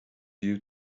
you